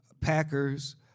Packers